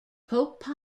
pope